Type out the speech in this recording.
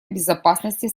безопасности